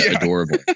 adorable